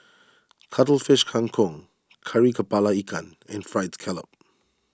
Cuttlefish Kang Kong Kari Kepala Ikan and Fried Scallop